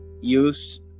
use